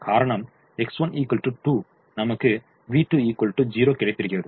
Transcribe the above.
காரணம் X2 2 நமக்கு v2 0 கிடைத்திருக்கிறது